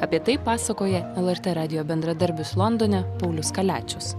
apie tai pasakoja lrt radijo bendradarbis londone paulius kaliačius